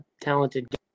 talented